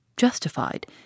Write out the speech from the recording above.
justified